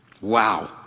Wow